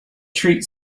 treat